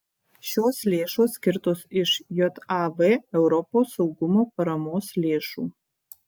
šios lėšos skirtos iš jav europos saugumo paramos lėšų